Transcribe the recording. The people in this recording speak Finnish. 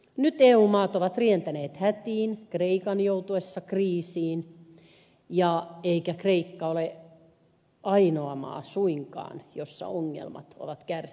nyt eu maat ovat rientäneet hätiin kreikan joutuessa kriisiin eikä kreikka ole suinkaan ainoa maa jossa ongelmat ovat kärjistyneet